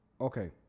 Okay